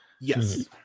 Yes